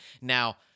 Now